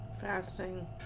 fasting